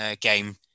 game